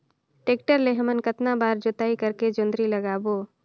Tractor ले हमन कतना बार जोताई करेके जोंदरी लगाबो?